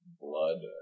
blood